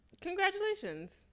Congratulations